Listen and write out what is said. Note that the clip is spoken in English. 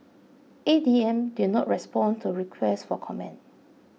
A D M did not respond to requests for comment